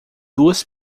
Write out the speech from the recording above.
duas